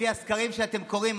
לפי הסקרים שאתם קוראים,